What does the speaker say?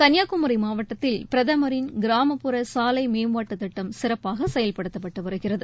கன்னியாகுமரி மாவட்டத்தில் பிரதமரின் கிராமப்புற சாலை மேம்பாட்டுத் திட்டம் சிறப்பாக செயல்படுத்தப்பட்டு வருகிறது